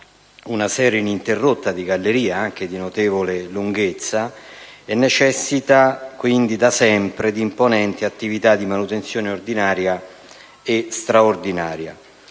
una serie ininterrotta di gallerie, anche di notevole lunghezza, e necessita quindi da sempre di imponenti attività di manutenzione, ordinaria e straordinaria.